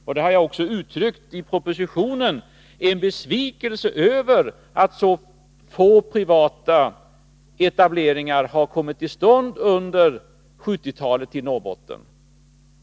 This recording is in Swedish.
Jag har också i propositionen uttryckt en besvikelse över att så få privata etableringar har kommit till stånd under 1970-talet i Norrbotten.